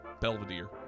Belvedere